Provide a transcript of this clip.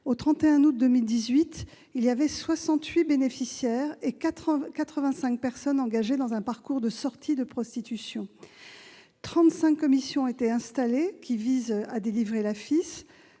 Au 31 août 2018, il y avait 68 bénéficiaires et 85 personnes engagées dans un parcours de sortie de prostitution ; 35 commissions chargées de délivrer l'AFIS